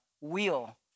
wheel